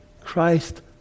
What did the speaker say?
christ